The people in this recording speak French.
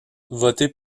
votée